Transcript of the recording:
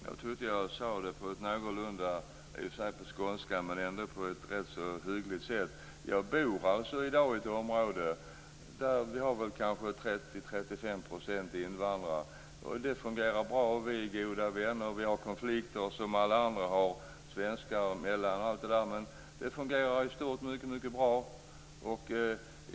Fru talman! Jag sade det på skånska men ändå på ett någorlunda hyfsat sätt. Jag bor alltså i ett område där det finns 30-35 % invandrare. Det fungerar bra och vi är goda vänner. Vi har konflikter som alla andra, men det fungerar i stort mycket bra.